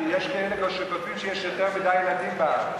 כי יש כאלה שכותבים שיש יותר מדי ילדים בארץ.